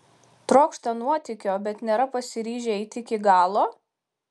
trokšta nuotykio bet nėra pasiryžę eiti iki galo